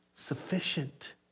Sufficient